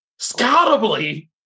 scoutably